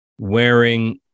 wearing